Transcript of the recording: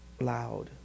loud